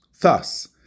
Thus